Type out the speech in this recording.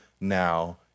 now